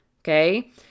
Okay